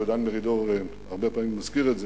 ודן מרידור הרבה פעמים מזכיר את זה,